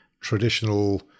traditional